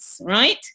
right